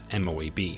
MOAB